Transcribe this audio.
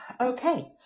okay